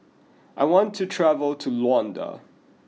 I want to travel to Luanda